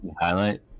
highlight